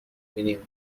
بینیم